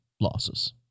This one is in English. losses